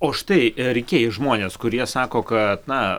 o štai rinkėjai žmonės kurie sako kad na